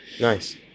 Nice